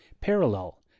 parallel